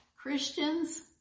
Christians